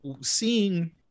seeing